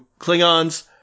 Klingon's